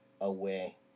away